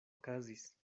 okazis